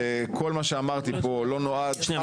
שכל מה שאמרתי פה לא נועד --- מתן,